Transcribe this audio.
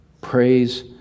Praise